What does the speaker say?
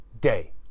day